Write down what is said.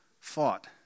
fought